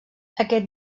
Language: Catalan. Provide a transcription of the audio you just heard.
aquest